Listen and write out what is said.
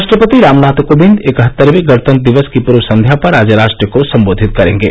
राष्ट्रपति रामनाथ कोविंद इकहत्तरवें गणतंत्र दिवस की पूर्व संध्या पर आज राष्ट्र को संबोधित करेंगे